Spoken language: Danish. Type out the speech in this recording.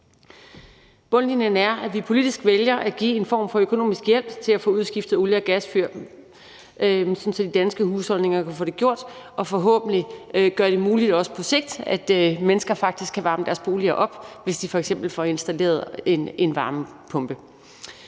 Bundlinjen er, at vi politisk vælger at give en form for økonomisk hjælp til at få udskiftet olie- og gasfyr, sådan at de danske husholdninger kan få det gjort, og forhåbentlig gør det muligt også på sigt, at mennesker faktisk kan varme deres boliger op, hvis de f.eks. får installeret en varmepumpe.